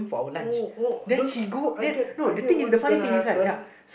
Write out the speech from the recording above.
oh oh those I get I get what's gonna happen